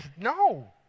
no